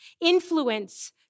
influence